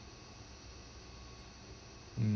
mm